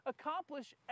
accomplish